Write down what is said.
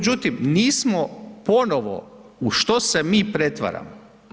Međutim, nismo ponovno, u što se mi pretvaramo?